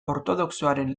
ortodoxoaren